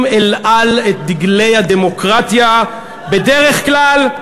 אל על את דגלי הדמוקרטיה בדרך כלל,